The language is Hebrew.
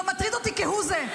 לא מטריד אותי כהוא זה.